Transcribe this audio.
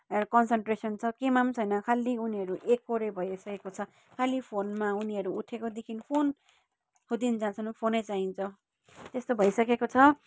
एउटा कन्सन्ट्रेसन छ केहीमा पनि छैन खालि उनीहरू एकहोरे भइसकेको छ खालि फोनमा उनीहरू उठेकोदेखि फोनको दिन जहाँसम्म फोनै चाहिन्छ त्यस्तो भइसकेको छ